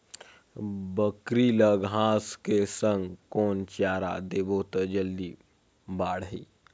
बकरी ल घांस के संग कौन चारा देबो त जल्दी बढाही?